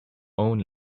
own